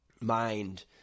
mind